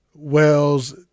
Wells